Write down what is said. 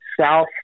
south